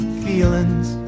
feelings